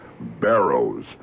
barrows